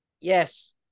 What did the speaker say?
Yes